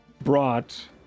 brought